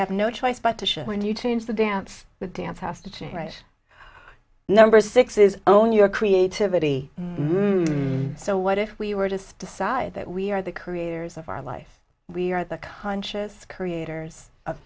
have no choice but to shift when you change the dance with dance has to change right number six is own your creativity so what if we were just decide that we are the creators of our life we are the conscious creators of